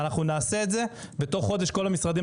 ואנחנו נעשה את זה ותוך חודש כל המשרדים